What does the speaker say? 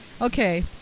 okay